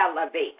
elevate